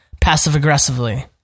passive-aggressively